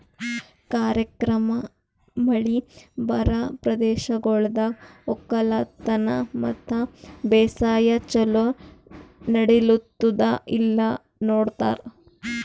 ಕಾರ್ಯಕ್ರಮ ಮಳಿ ಬರಾ ಪ್ರದೇಶಗೊಳ್ದಾಗ್ ಒಕ್ಕಲತನ ಮತ್ತ ಬೇಸಾಯ ಛಲೋ ನಡಿಲ್ಲುತ್ತುದ ಇಲ್ಲಾ ನೋಡ್ತಾರ್